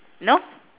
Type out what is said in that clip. no